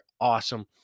awesome